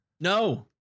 No